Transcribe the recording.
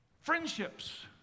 friendships